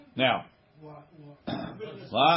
now